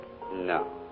No